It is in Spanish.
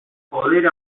poder